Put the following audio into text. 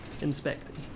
Inspecting